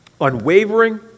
unwavering